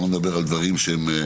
אני לא מדבר על דברים גדולים,